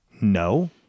no